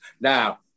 Now